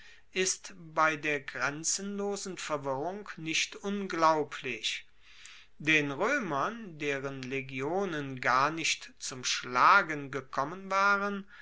ist bei der grenzenlosen verwirrung nicht unglaublich den roemern deren legionen gar nicht zum schlagen gekommen waren